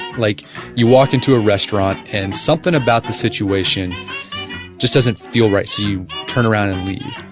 like you walk into a restaurant and something about the situation just doesn't feel right so you turn around and leave.